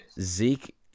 Zeke